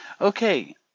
Okay